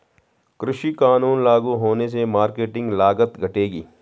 कृषि कानून लागू होने से मार्केटिंग लागत घटेगी